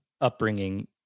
upbringing